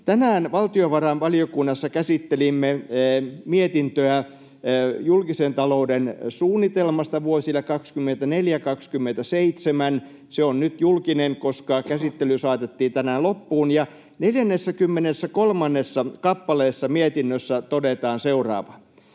Tänään valtiovarainvaliokunnassa käsittelimme mietintöä julkisen talouden suunnitelmasta vuosille 24—27. Se on nyt julkinen, koska käsittely saatettiin tänään loppuun. Mietinnössä 43. kappaleessa todetaan seuraavaa,